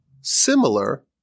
similar